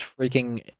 freaking